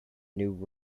new